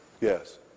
Yes